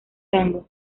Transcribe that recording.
tangos